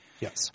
Yes